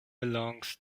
belongs